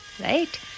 right